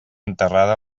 enterrada